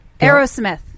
Aerosmith